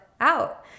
out